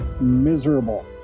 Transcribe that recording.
miserable